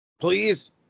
Please